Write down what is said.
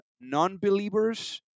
non-believers